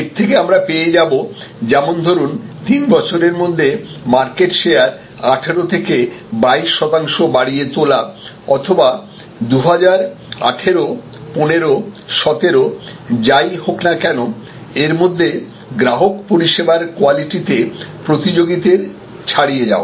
এর থেকে আমরা পেয়ে যাব যেমন ধরুন 3 বছরের মধ্যে মার্কেট শেয়ার 18 থেকে 22 শতাংশ বাড়িয়ে তোলা অথবা 2018 15 17 যাই হোক না কেন এরমধ্যে গ্রাহক পরিষেবার কোয়ালিটিতে প্রতিযোগীদের ছড়িয়ে যাওয়া